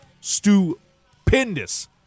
stupendous